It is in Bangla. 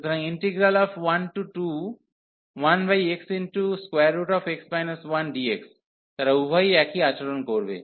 সুতরাং ইন্টিগ্রাল 121xx 1dx তারা উভয়ই একই আচরণ করবে